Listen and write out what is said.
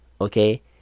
Okay